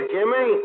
Jimmy